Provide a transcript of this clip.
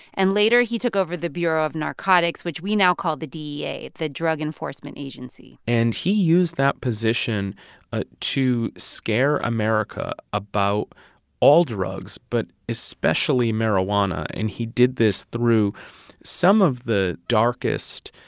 and later, he took over the bureau of narcotics, which we now called the dea, the drug enforcement agency and he used that position ah to scare america about all drugs but especially marijuana. and he did this through some of the darkest,